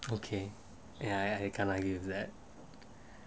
okay I I kind of give that